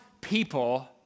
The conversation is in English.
people